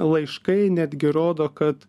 laiškai netgi rodo kad